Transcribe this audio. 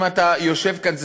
אם אתה יושב כאן,